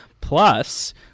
plus